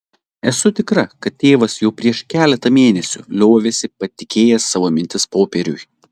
esu tikra kad tėvas jau prieš keletą mėnesių liovėsi patikėjęs savo mintis popieriui